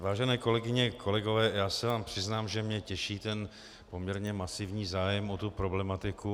Vážené kolegyně, kolegové, já se vám přiznám, že mě těší ten poměrně masivní zájem o tuto problematiku.